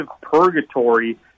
purgatory